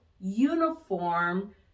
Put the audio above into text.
uniform